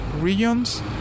regions